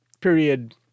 period